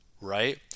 right